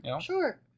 Sure